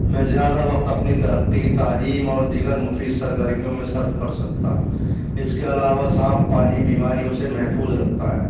میں زیادہ وقت اپنی ترقی تعلیم اور دیگر مفید سرگرمیوں میں صرف کر سکتا اس کے علاوہ صاف پانی بیماریوں سے محفوظ رکھتا ہے